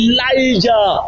Elijah